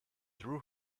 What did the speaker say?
threw